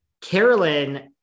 Carolyn